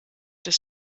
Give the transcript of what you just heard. des